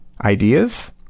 ideas